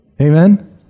Amen